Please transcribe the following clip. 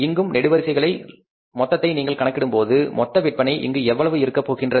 இங்கும் நெடுவரிசைகளிலும் மொத்தத்தை நீங்கள் கணக்கிடும்போது மொத்த விற்பனை இங்கு எவ்வளவு இருக்க போகின்றது